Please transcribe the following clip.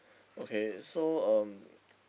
okay so um